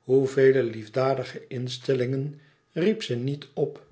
hoevele liefdadige instellingen riep ze niet op